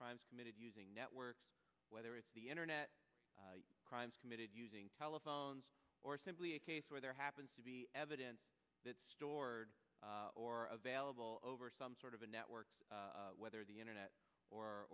crimes committed using networks whether it's the internet crimes committed using telephones or simply a case where there happens to be evidence it's stored or available over some sort of a network whether the internet